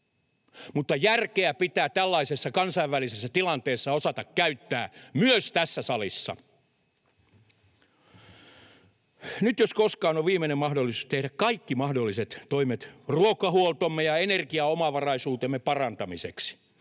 mutta järkeä pitää tällaisessa kansainvälisessä tilanteessa osata käyttää myös tässä salissa. Nyt jos koskaan on viimeinen mahdollisuus tehdä kaikki mahdolliset toimet ruokahuoltomme ja energiaomavaraisuutemme parantamiseksi.